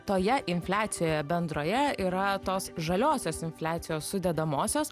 toje infliacijoje bendroje yra tos žaliosios infliacijos sudedamosios